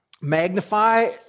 magnify